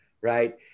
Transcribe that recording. right